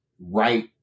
right